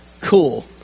Cool